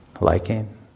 liking